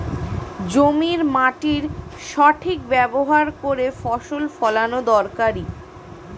জমির মাটির সঠিক ব্যবহার করে ফসল ফলানো দরকারি